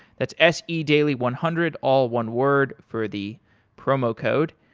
that's s e daily one hundred, all one word for the promo code.